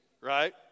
right